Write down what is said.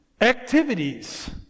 activities